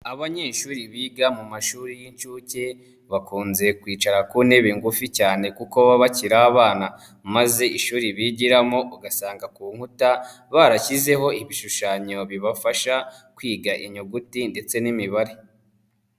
Abanyeshuri biga mu mashuri y'inshuke bakunze kwicara ku ntebe ngufi cyane kuko baba bakiri abana, maze ishuri bigiramo ugasanga ku nkuta barashyizeho ibishushanyo bibafasha kwiga inyuguti ndetse n'imibare.